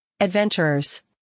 Adventurers